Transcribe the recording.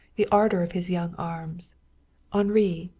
the ardor of his young arms henri,